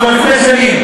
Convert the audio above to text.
תודה רבה.